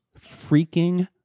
freaking